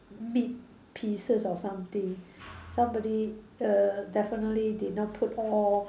meat pieces or something somebody err definitely did not put all